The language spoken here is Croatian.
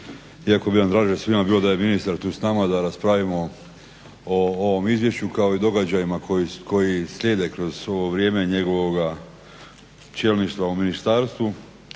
Iako bi nam draže svima bilo da je ministar tu sa nama da raspravimo o ovom izvješću kao i događajima koji slijede kroz ovo vrijeme njegova čelništva u ministarstvu.